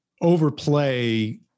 overplay